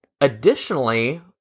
Additionally